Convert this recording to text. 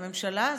הממשלה הזאת,